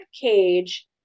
cage